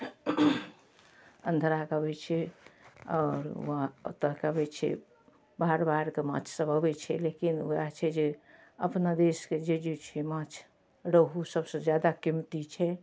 आन्ध्राके अबै छै आओर ओतऽसँ अबै छै बाहर बाहरके माँछसब अबै छै लेकिन वएह छै जे अपना देशके जे जे छिए माँछ रोहु सबसँ जादा कीमती छै